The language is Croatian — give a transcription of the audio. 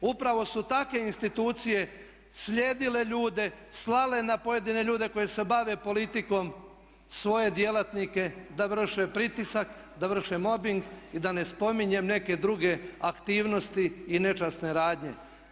Upravo su takve institucije slijedile ljude, slale na pojedine ljude koji se bave politikom svoje djelatnike da vrše pritisak, da vrše mobing i da ne spominjem neke druge aktivnosti i nečasne radnje.